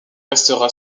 restera